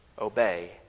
obey